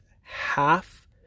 half